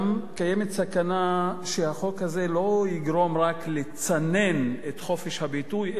קיימת סכנה שהחוק הזה לא יגרום רק לצינון חופש הביטוי,